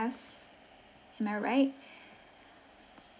us am I right